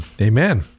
Amen